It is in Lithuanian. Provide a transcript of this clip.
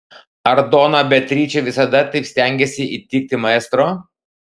ar dona beatričė visada taip stengėsi įtikti maestro